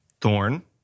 Thorn